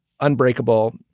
Unbreakable